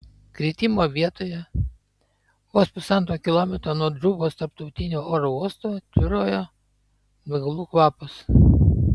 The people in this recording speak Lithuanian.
kritimo vietoje vos pusantro kilometro nuo džubos tarptautinio oro uosto tvyrojo degalų kvapas